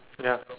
ya